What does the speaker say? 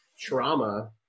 trauma